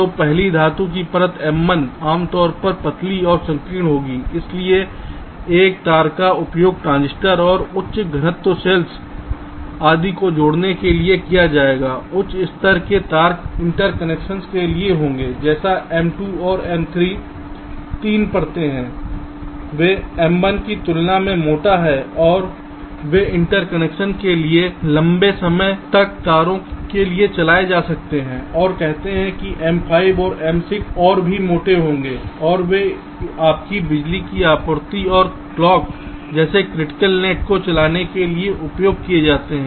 तो पहली धातु की परत M1 आमतौर पर पतली और संकीर्ण होगी इसलिए इस तार का उपयोग ट्रांजिस्टर और उच्च घनत्व सेल्स आदि को जोड़ने के लिए किया जाएगा और उच्च स्तर के तार इंटरकनेक्शंस के लिए होंगे जैसे M2 से M4 3 परतें हैं वे M1 की तुलना में मोटा हैं और वे इंटरकनेक्शंस के लिए लंबे समय तक तारों के लिए चलाए जा सकते हैं और कहते हैं कि M5 और M6 और भी मोटे होंगे और वे आपकी बिजली की आपूर्ति और क्लॉक जैसे क्रिटिकल नेट को चलाने के लिए उपयोग किए जाते हैं